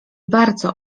bardzo